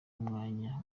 umwanya